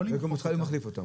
לא למחוק אותן.